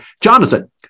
Jonathan